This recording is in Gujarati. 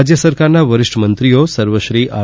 રાજ્ય સરકારના વરિષ્ઠ મંત્રીઓ સર્વશ્રી આર